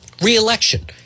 re-election